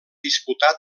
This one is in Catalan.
disputà